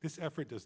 this effort does